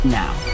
now